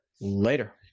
Later